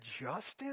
justice